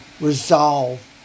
resolve